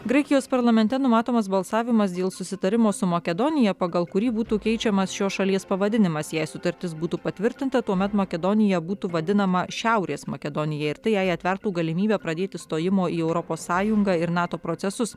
graikijos parlamente numatomas balsavimas dėl susitarimo su makedonija pagal kurį būtų keičiamas šios šalies pavadinimas jei sutartis būtų patvirtinta tuomet makedonija būtų vadinama šiaurės makedonija ir tai jai atvertų galimybę pradėti stojimo į europos sąjungą ir nato procesus